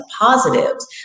positives